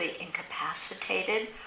incapacitated